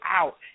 out